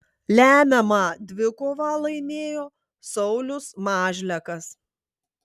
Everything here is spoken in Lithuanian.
lemiamą dvikovą laimėjo saulius mažlekas